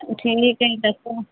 ठीक अइ तऽ कऽ